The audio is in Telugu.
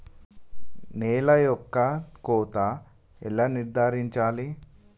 నేల యొక్క కోత ఎలా నిర్ధారించాలి?